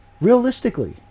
Realistically